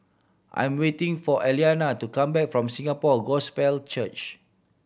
I'm waiting for Aliana to come back from Singapore Gospel Church